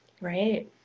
Right